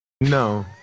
No